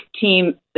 Team